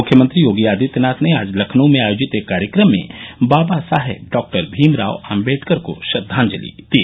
मुख्यमंत्री योगी आदित्यनाथ ने आज लखनऊ में आयोजित एक कार्यक्रम में बाबा साहेब डॉक्टर भीमराव आम्बेडकर को श्रद्वांजलि दी